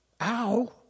ow